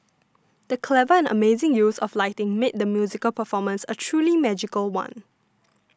the clever and amazing use of lighting made the musical performance a truly magical one